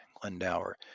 Glendower